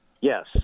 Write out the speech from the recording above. Yes